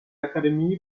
akademie